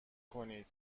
کنید